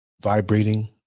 vibrating